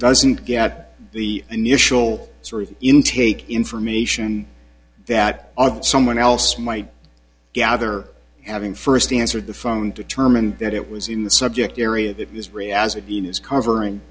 doesn't get the initial story intake information that someone else might gather having first answered the phone determined that it was in the subject area that this really as a dean is covering